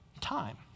Time